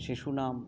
शिशूनाम्